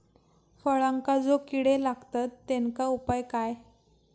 फळांका जो किडे लागतत तेनका उपाय काय?